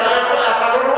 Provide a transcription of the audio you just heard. אתה לא נואם